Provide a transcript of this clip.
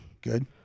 Good